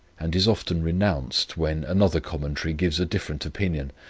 and is often renounced, when another commentary gives a different opinion,